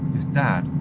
his dad,